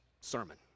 sermon